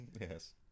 Yes